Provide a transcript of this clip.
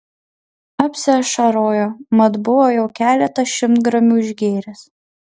apsiašarojo mat buvo jau keletą šimtgramių išgėręs